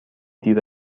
دیر